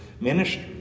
ministry